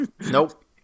Nope